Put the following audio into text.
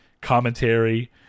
commentary